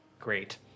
Great